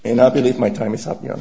and i believe my time is up you know